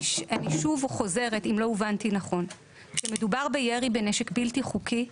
אני שוב חוזרת אם לא הובנתי נכון: כשמדובר בירי בנשק בלתי חוקי,